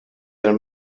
del